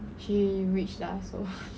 she rich lah so